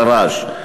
ואכן, לעג לרש.